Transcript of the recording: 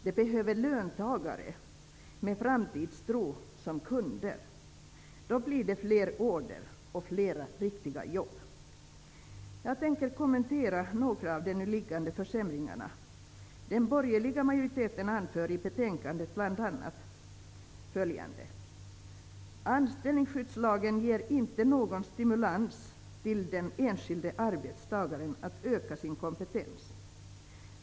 De behöver löntagare med framtidstro som kunder. Då blir det fler order och riktiga jobb. Jag tänker kommentera några av de nu föreslagna försämringarna. Den borgerliga majoriteten anför bl.a. följande i betänkandet: ''Anställningsskyddslagen ger inte någon stimulans till den enskilde arbetstagaren att öka sin kompetens.